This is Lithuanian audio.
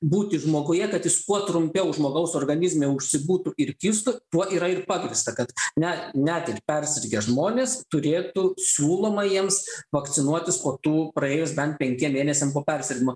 būti žmoguje kad jis kuo trumpiau žmogaus organizme užsibūtų ir kistų kuo yra ir pagrįsta kad net net ir persirgę žmonės turėtų siūloma jiems vakcinuotis po tų praėjus bent penkiem mėnesiam po persirgimo